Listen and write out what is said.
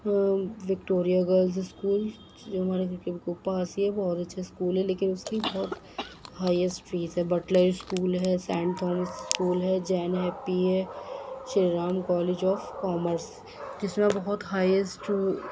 روم Victoria girls school جو ہمارے گھر کے بالکل پاس ہی ہے بہت اچھا اسکول ہے لیکن اُس کی بہت ہایسٹ فیس ہے بٹلہ اسکول ہے سینٹ تھومس اسکول ہے جے این یو ہیپی ہے Shri Ram college of commerce جس میں بہت ہایسٹ ٹو